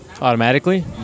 Automatically